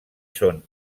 són